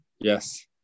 Yes